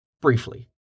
Briefly